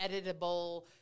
editable